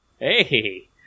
Hey